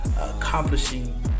accomplishing